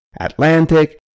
Atlantic